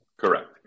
correct